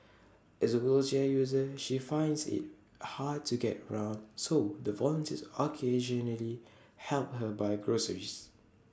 as A wheelchair user she finds IT hard to get around so the volunteers occasionally help her buy groceries